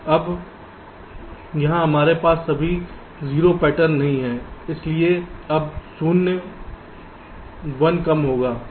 अब यहां हमारे पास सभी 0 पैटर्न नहीं हैं इसलिए अब शून्य 1 कम होगा